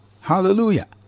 Hallelujah